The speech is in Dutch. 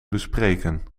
bespreken